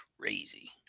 crazy